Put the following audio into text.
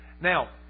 Now